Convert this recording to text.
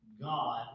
God